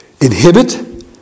inhibit